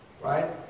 Right